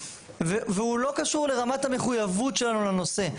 והוא לא קשור לרמת המחויבות שלנו לנושא,